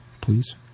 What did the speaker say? Please